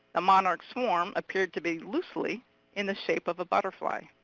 the monarch swarm appeared to be loosely in the shape of a butterfly.